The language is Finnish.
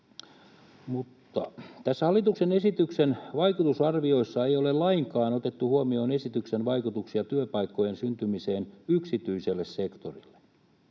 — Tämän hallituksen esityksen vaikutusarvioissa ei ole lainkaan otettu huomioon esityksen vaikutuksia työpaikkojen syntymiseen yksityiselle sektorille.